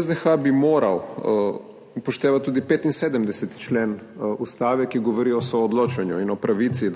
SDH bi moral upoštevati tudi 75. člen Ustave, ki govori o soodločanju in o pravici